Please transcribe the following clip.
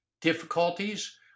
difficulties